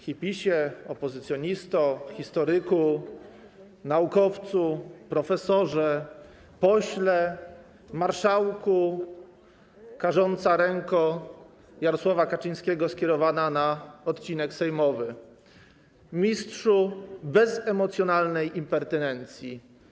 Hipisie, opozycjonisto, historyku, naukowcu, profesorze, pośle, marszałku, karząca ręko Jarosława Kaczyńskiego skierowana na odcinek sejmowy, mistrzu bezemocjonalnej impertynencji.